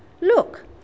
Look